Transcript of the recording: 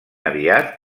aviat